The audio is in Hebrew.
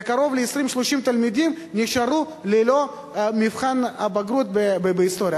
ו-20 30 תלמידים נשארו ללא מבחן הבגרות בהיסטוריה.